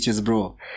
bro